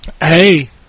Hey